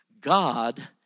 God